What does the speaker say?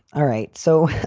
all right. so